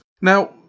Now